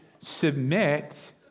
submit